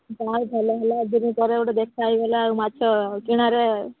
ଯା ହଉ ଭଲ ହେଲା ଏତେଦିନ ପରେ ଗୋଟେ ଦେଖା ହେଇଗଲା ଆଉ ମାଛ କିଣାରେ